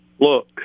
Look